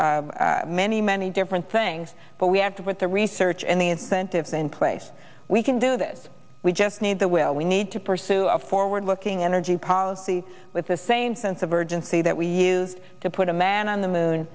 any many many different things but we have to put the research and the incentives in place we can do this we just need the will we need to pursue a forward looking energy policy with the same sense of urgency that we used to put a man on the moon